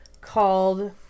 called